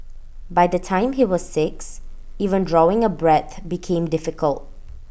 by the time he was six even drawing A breath became difficult